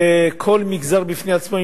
כל מגזר בפני עצמו,